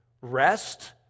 rest